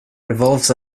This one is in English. revolves